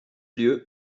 lieu